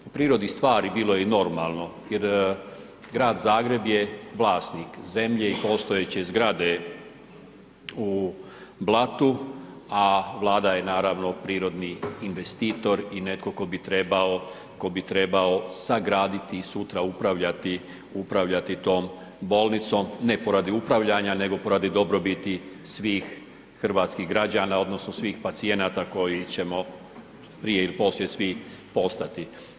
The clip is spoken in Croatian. Po prirodi stvari bilo je i normalno jer Grad Zagreb je vlasnik zemlje i postojeće zgrade u Blatu, a Vlada je naravno prirodni investitor i netko tko bi trebao sagraditi, sutra upravljati, upravljati tom bolnicom, ne poradi upravljanja, nego poradi dobrobiti svih hrvatskih građana odnosno svih pacijenata koji ćemo prije ili poslije svi postati.